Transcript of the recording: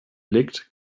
blickt